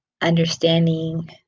understanding